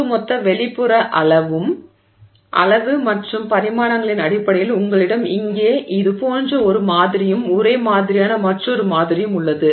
ஒட்டுமொத்த வெளிப்புற அளவு மற்றும் பரிமாணங்களின் அடிப்படையில் உங்களிடம் இங்கே இது போன்ற ஒரு மாதிரியும் ஒரே மாதிரியான மற்றொரு மாதிரியும் உள்ளது